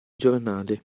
giornale